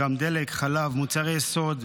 דלק, חלב, מוצרי יסוד,